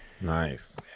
nice